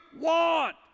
want